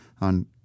on